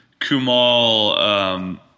Kumal